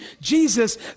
Jesus